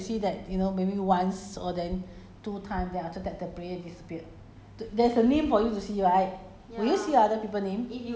do you have uh but do we have player that you see that you know maybe once or then two time then after that the player disappeared